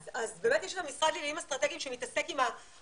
אז באמת יש את המשרד לעניינים אסטרטגים שמתעסק עם החרמות